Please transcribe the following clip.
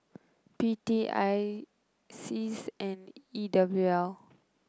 P T I Seas and E W L